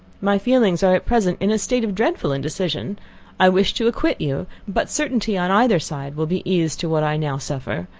my feelings are at present in a state of dreadful indecision i wish to acquit you, but certainty on either side will be ease to what i now suffer.